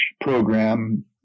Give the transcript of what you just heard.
program